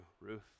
Ruth